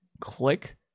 click